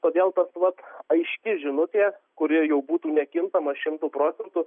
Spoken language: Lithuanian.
todėl tas vat aiški žinutė kuri jau būtų nekintama šimtu procentų